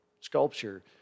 sculpture